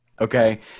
Okay